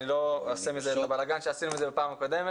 אני לא אעשה מזה את הבלגן שעשינו בפעם הקודמת.